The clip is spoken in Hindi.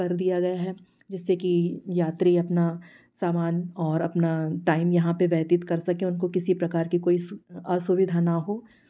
कर दिया गया है जिससे कि यात्री अपना सामान और अपना टाइम यहाँ पे व्यतीत कर सकें उनको किसी प्रकार की कोई असुविधा न हो